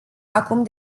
acum